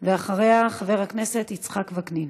ואחריה, חבר הכנסת יצחק וקנין.